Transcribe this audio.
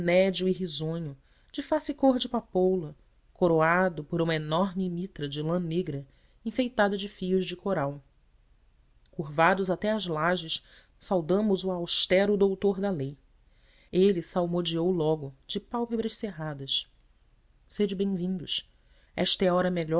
nédio e risonho de face cor de papoula coroado por uma enorme mitra de lã negra enfeitada de fios de coral curvados até às lajes saudamos o austero doutor da lei ele salmodiou logo de pálpebras cerradas sede bem vindos esta é a hora